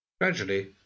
Gradually